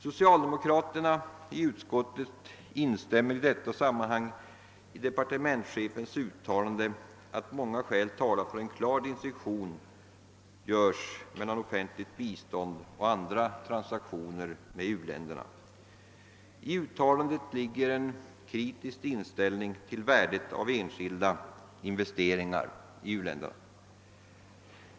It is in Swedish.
Socialdemokraterna i utskottet instämmer i detta sammanhang i departementschefens uttalande, att många skäl talar för att en klar distinktion görs mellan offentligt bistånd och andra transaktioner med u-länderna. I uttalandet ligger en kritisk inställning till värdet av enskilda investeringar i u-länderna.